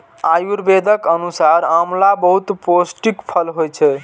आयुर्वेदक अनुसार आंवला बहुत पौष्टिक फल होइ छै